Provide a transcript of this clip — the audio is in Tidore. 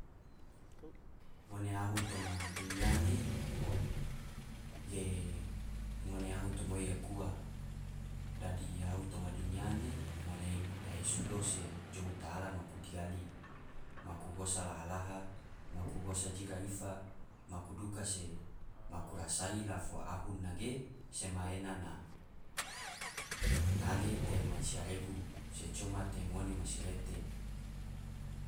Ngone ahu toma dunia ne ge ngone ahu tomoi aku ua, dadi ahu toma dunia ne ngone dahe sulo se jou taala maku digali, maku gosa laha laha, maku gosa jira ifa, maku duka se maku rasai la fo ahu nage sema ena na ngale te mansia regu se coma te ngone masirete.